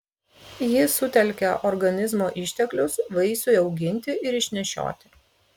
jis sutelkia organizmo išteklius vaisiui auginti ir išnešioti